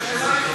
כי השאלה,